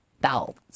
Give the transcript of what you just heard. belt